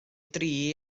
dri